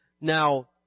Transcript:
Now